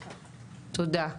252,